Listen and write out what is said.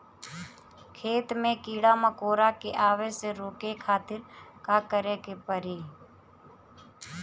खेत मे कीड़ा मकोरा के आवे से रोके खातिर का करे के पड़ी?